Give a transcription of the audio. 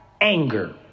Anger